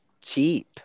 cheap